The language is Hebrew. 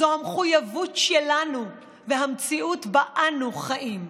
זו המחויבות שלנו והמציאות שבה אנו חיים.